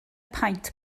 paent